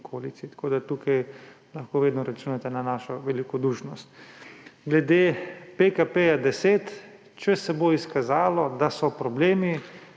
okolici, tako da tukaj lahko vedno računate na našo velikodušnost. Glede PKP 10. Če se bo izkazalo, da so problemi,